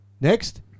Next